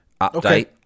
update